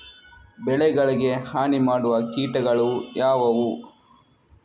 ಬೆಳೆಗಳಿಗೆ ಹಾನಿ ಮಾಡುವ ಕೀಟಗಳು ಯಾವುವು?